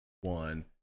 one